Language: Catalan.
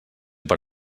per